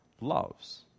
loves